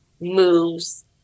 moves